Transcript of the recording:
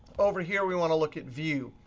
over here we want to look at view.